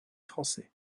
français